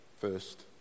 first